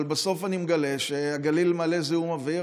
אבל בסוף אני מגלה שהגליל מלא זיהום אוויר.